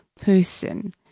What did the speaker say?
person